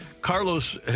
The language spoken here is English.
Carlos